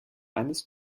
eines